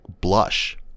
blush